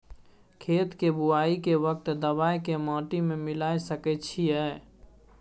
खेत के बुआई के वक्त दबाय के माटी में मिलाय सके छिये?